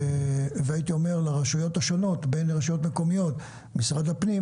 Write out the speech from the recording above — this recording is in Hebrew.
הייתי אומר לרשויות השונות בין אם לרשויות מקומיות או משרד הפנים